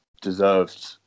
deserved